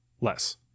Less